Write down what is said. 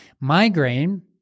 migraine